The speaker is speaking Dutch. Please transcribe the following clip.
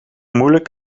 moeilijk